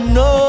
no